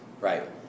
right